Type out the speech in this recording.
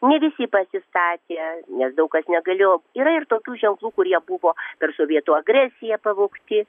ne visi pasistatė nes daug kas negalėjo yra ir tokių ženklų kurie buvo per sovietų agresiją pavogti